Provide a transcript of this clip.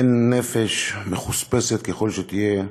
אין נפש, מחוספסת ככל שתהיה,